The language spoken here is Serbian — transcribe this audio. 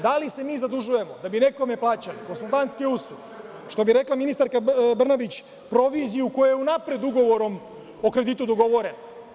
Da li se mi zadužujemo da bi nekome plaćali konsultantske usluge, što bi rekla ministarka Brnabić proviziju koja je unapred ugovorom po kreditu dogovorena?